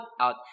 out